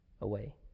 away